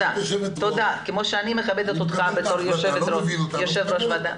כמו שאני מכבדת אותך בתור יושב-ראש ועדה.